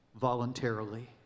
voluntarily